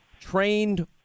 trained